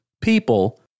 people